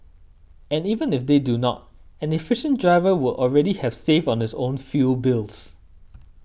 and even if they do not an efficient driver would already have saved on his own fuel bills